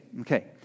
okay